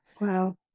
Wow